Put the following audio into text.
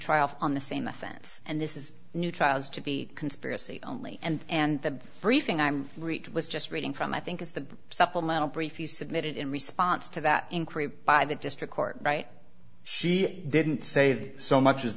trial on the same offense and this is new trials to be conspiracy only and and the briefing i'm rita was just reading from i think is the supplemental brief you submitted in response to that increase by the district court right she didn't save so much